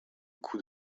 coût